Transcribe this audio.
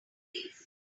days